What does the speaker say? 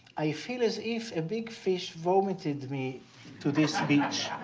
i feel as if a big fish vomited me to this beach.